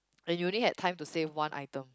and you only had time to save one item